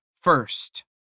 first